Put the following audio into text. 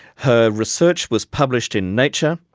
her research was published in nature.